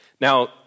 Now